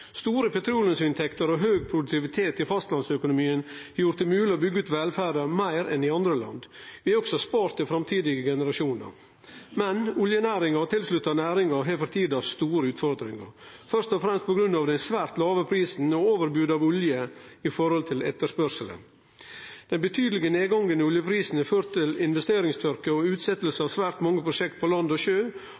Store petroleumsinntekter og høg produktivitet i fastlandsøkonomien har gjort det mogleg å byggje ut velferda meir enn i andre land. Vi har også spart til framtidige generasjonar. Men oljenæringa og næringar i tilknyting til den har for tida store utfordringar, først og fremst på grunn av svært låge prisar og overbod av olje i forhold til etterspurnaden. Den betydelege nedgangen i oljeprisen har ført til investeringstørke og utsetjing av svært mange prosjekt på land og sjø.